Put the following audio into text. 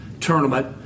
tournament